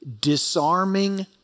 disarming